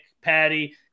Patty